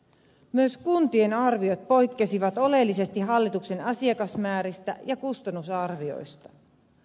myös kuntien arviot poikkesivat oleellisesti hallituksen asiakasmääristä ja kustannusarvioista